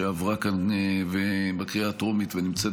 שעברה כאן בקריאה הטרומית ונמצאת